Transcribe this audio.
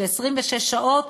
של 26 שעות,